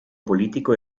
politico